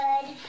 good